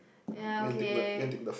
ya okay